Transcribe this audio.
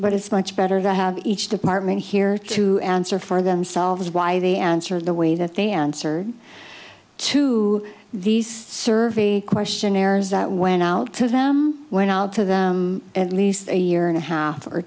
but it's much better than have each department here to answer for themselves why they answered the way that they answer to these surveys questionnaires that went out to them went out to them at least a year and a half or